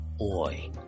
oi